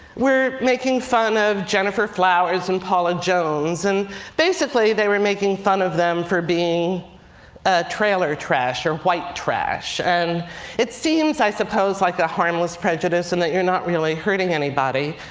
were making fun of jennifer flowers and paula jones. and basically, they were making fun of them for being ah trailer trash or white trash. and it seems, i suppose, like a harmless prejudice and that you're not really hurting anybody.